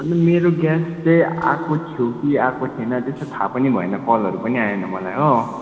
अनि मेरो ग्यास चाहिँ आएको थियो कि आएको थिएन त्यस्तो थाहा पनि भएन कलहरू पनि आएन मलाई हो